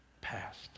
past